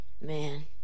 Man